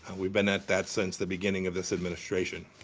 we've been at that since the beginning of this administration.